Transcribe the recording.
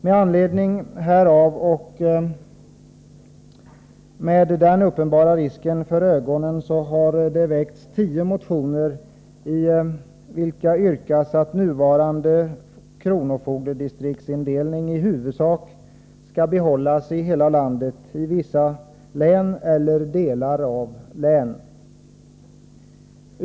Med anledning härav och med den uppenbara risken för ögonen har det väckts tio motioner i vilka yrkas att nuvarande kronofogdedistriktsindelning i huvudsak skall behållas i hela landet, i vissa län eller delar av län.